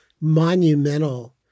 monumental